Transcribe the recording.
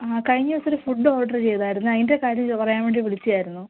ആ കഴിഞ്ഞ ദിവസം ഒരു ഫുഡ്ഡ് ഓഡറ് ചെയ്തായിരുന്നു അതിൻ്റെ കാര്യം പറയാൻ വേണ്ടി വിളിച്ചതായിരുന്നു